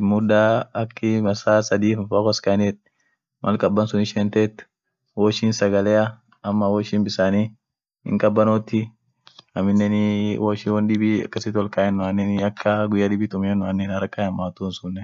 muda deertu fa ijet taka namu woyu ihugin wonsun fa ihoodisitie kaskaenieet. hoodisite ama woat haraka fa kabd won hoodifenoa feet ak chaifa taa baa kananoot ama bisaanifa, won dugaatia ak gahawaafa, won sun ihoodisitie won sun nyaate unum ijeemt